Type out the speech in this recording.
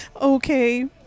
Okay